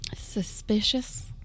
Suspicious